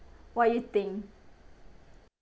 what you think